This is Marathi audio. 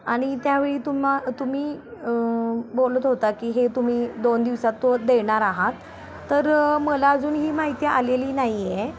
आणि त्यावेळी तुम्ही तुम्ही बोलत होता की हे तुम्ही दोन दिवसात तो देणार आहात तर मला अजून ही माहिती आलेली नाही आहे